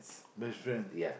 best friend